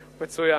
מצוין.